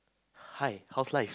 hi how's life